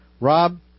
Rob